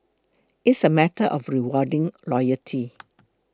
it's a matter of rewarding loyalty